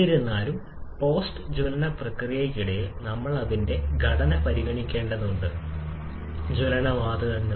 എന്നിരുന്നാലും പോസ്റ്റ് ജ്വലന പ്രക്രിയകൾക്കിടയിൽ നമ്മൾ അതിന്റെ ഘടന പരിഗണിക്കേണ്ടതുണ്ട് ജ്വലന വാതകങ്ങൾ